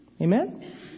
Amen